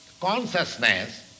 Consciousness